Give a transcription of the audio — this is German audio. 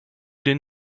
den